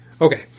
Okay